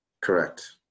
Correct